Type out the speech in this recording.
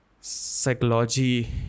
psychology